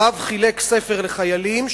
הרב חילק ספר לחיילים,